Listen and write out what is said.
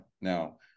Now